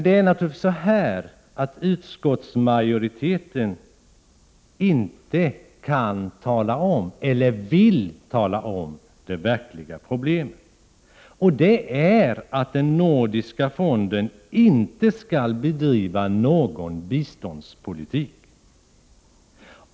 Det är naturligtvis så att utskottsmajoriteten inte kan eller vill tala om det verkliga problemet, som är att den nordiska fonden inte skall bedriva någon biståndspolitik.